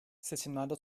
seçimlerde